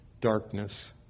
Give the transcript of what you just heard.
darkness